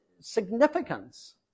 significance